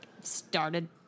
started